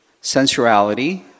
sensuality